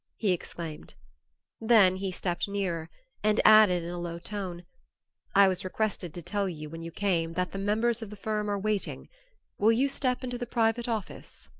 he exclaimed then he stepped nearer and added in a low tone i was requested to tell you when you came that the members of the firm are waiting will you step into the private office?